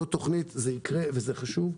זאת תוכנית, זה יקרה וזה חשוב.